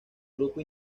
grupo